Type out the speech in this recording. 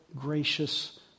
gracious